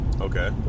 Okay